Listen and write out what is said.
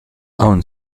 aún